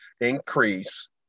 increase